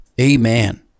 Amen